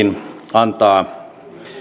antaa aiheen